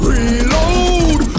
Reload